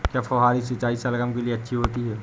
क्या फुहारी सिंचाई शलगम के लिए अच्छी होती है?